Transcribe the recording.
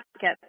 get